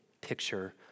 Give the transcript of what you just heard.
picture